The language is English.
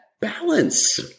balance